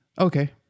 Okay